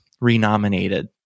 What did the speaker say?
renominated